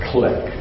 Click